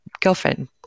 girlfriend